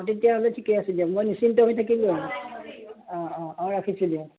অঁ তেতিয়াহ'লে ঠিকে আছিল দিয়ক মই নিশ্চিন্ত হৈ থাকিলোঁ আৰু অঁ অঁ অঁ ৰাখিছোঁ দিয়ক